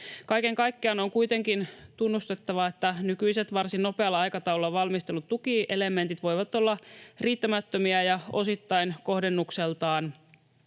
Kaiken kaikkiaan on kuitenkin tunnustettava, että nykyiset varsin nopealla aikataululla valmistellut tukielementit voivat olla riittämättömiä ja osittain kohdennukseltaan